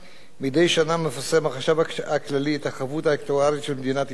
מדי שנה מפרסם החשב הכללי את החבות האקטוארית של מדינת ישראל.